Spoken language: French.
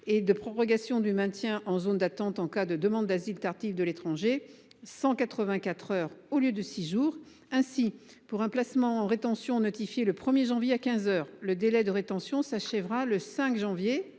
et de la prolongation du maintien en zone d’attente en cas de demande d’asile tardif de l’étranger – soit 184 heures au lieu de 6 jours. Ainsi, pour un placement en rétention notifié le 1 janvier à quinze heures, le délai de rétention s’achèverait le 5 janvier